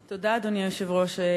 תודה, אדוני היושב-ראש.